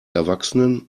erwachsenen